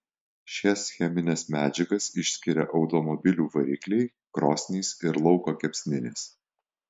šias chemines medžiagas išskiria automobilių varikliai krosnys ir lauko kepsninės